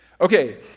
Okay